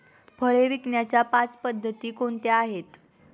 फळे विकण्याच्या पाच पद्धती कोणत्या आहेत?